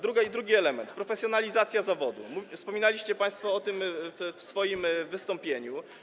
Drugi element, profesjonalizacja zawodu, wspominaliście państwo o tym w swoim wystąpieniu.